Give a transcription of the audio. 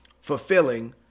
fulfilling